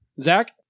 Zach